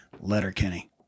Letterkenny